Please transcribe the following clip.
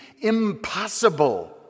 impossible